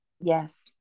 Yes